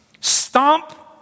Stomp